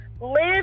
Live